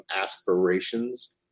aspirations